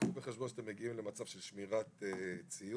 קחו בחשבון שאתם מגיעים למצב של שמירת ציוד,